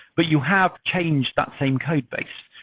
but you have changed that same codebase.